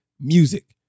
music